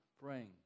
praying